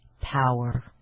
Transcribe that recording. power